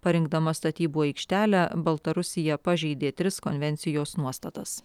parinkdama statybų aikštelę baltarusija pažeidė tris konvencijos nuostatas